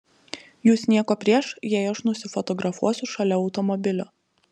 jus nieko prieš jei aš nusifotografuosiu šalia automobilio